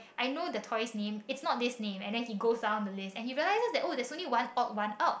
I know the toy's name it's not this name and then he goes down the list and he realizes that oh there's only one odd one out